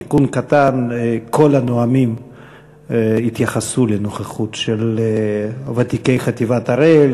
תיקון קטן: כל הנואמים התייחסו לנוכחות ותיקי חטיבת הראל,